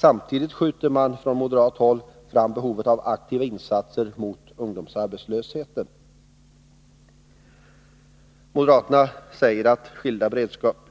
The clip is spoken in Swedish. Samtidigt skjuter de fram behovet av aktiva insatser mot ungdomsarbetslösheten och framhåller att